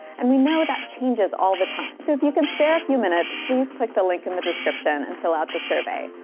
and we know that changes all the time. so if you can spare a few minutes please click the link in the description and fill out the survey.